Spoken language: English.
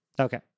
Okay